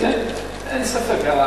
אין ספק.